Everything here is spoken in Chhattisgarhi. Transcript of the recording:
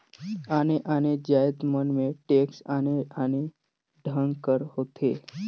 आने आने जाएत मन में टेक्स आने आने ढंग कर होथे